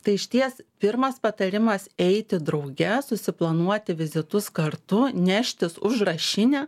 tai išties pirmas patarimas eiti drauge susiplanuoti vizitus kartu neštis užrašinę